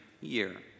year